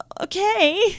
okay